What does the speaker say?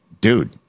dude